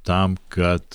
tam kad